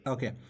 Okay